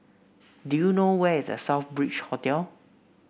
do you know where is The Southbridge Hotel